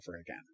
again